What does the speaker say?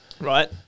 right